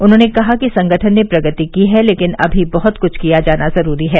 उन्होंने कहा कि संगठन ने प्रगति की है लेकिन अभी बहुत कुछ किया जाना जरूरी है